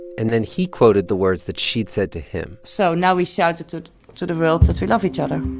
and then he quoted the words that she'd said to him so now we shouted to to the world that we love each other